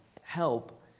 help